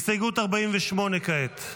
הסתייגות 48 כעת.